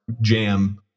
jam